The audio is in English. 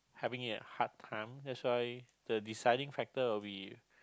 having a hard time that's why the deciding factor will be